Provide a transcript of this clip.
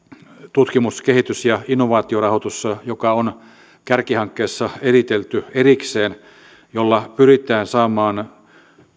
tutkimus kehitys ja innovaatiorahoitus joka on kärkihankkeessa eritelty erikseen ja sillä pyritään saamaan